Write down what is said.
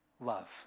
love